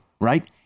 right